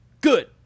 Good